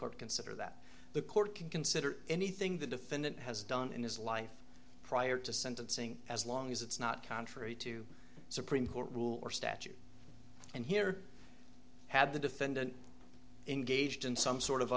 court consider that the court can consider anything the defendant has done in his life prior to sentencing as long as it's not contrary to supreme court rule or statute and here had the defendant engaged in some sort of